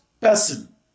person